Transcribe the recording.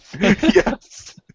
Yes